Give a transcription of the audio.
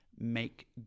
make